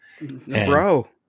Bro